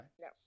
no